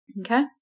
Okay